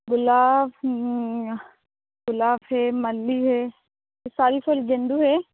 गुलाब गुलाब फिर माली है ये सारी फूल गेंदा है